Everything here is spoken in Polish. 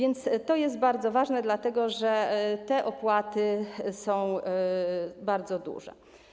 Jest to więc bardzo ważne, dlatego że te opłaty są bardzo duże.